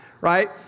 right